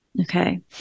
okay